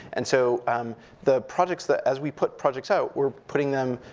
and so um the projects that, as we put projects out, we're putting them,